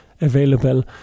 available